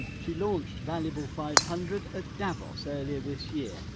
she launched valuable five hundred at davos earlier this year,